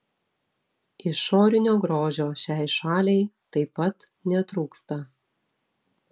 išorinio grožio šiai šaliai taip pat netrūksta